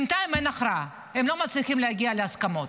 בינתיים אין הכרעה, הם לא מצליחים להגיע להסכמות.